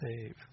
save